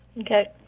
okay